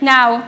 Now